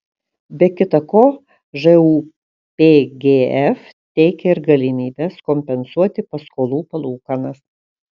be kita ko žūpgf teikia ir galimybes kompensuoti paskolų palūkanas